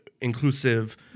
inclusive